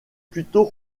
plutôt